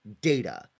Data